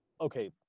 okay